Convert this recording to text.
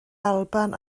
alban